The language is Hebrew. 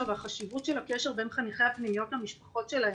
והחשיבות של הקשר בין חניכי הפנימיות למשפחות שלהם.